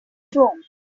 chrome